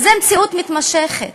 זו מציאות מתמשכת,